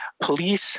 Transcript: police